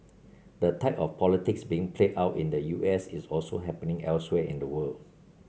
the type of politics being played out in the U S is also happening elsewhere in the world